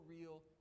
real